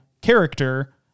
character